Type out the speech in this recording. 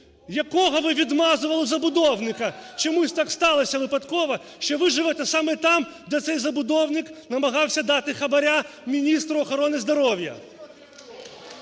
якого ви відмазували забудовника. Чомусь так сталося випадково, що ви живете саме там, де цей забудовник намагався дати хабара міністру охорони здоров'я.